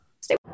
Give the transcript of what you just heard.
stay